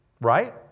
Right